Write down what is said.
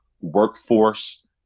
workforce